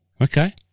Okay